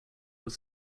were